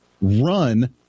run